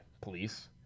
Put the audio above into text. police